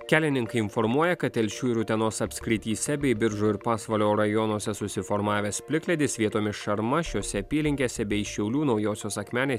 kelininkai informuoja kad telšių ir utenos apskrityse bei biržų ir pasvalio rajonuose susiformavęs plikledis vietomis šarma šiose apylinkėse bei šiaulių naujosios akmenės